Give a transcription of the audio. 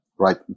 Right